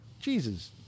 jesus